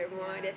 yeah